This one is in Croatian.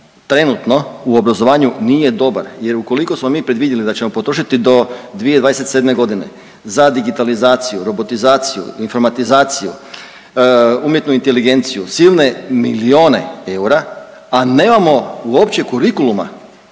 trenutno u obrazovanju nije dobar jer ukoliko smo mi predvidjeli da ćemo potrošiti do 2027. g. za digitalizaciju, robotizaciju, informatizaciju, UE silne milijune eura, a nemamo uopće kurikuluma